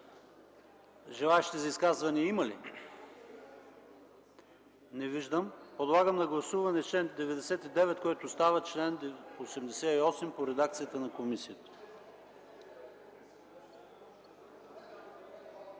Желаещи за изказвания има ли? Не виждам. Подлагам на гласуване чл. 99, който става чл. 88 по редакцията на комисията.